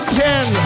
ten